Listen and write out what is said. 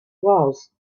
was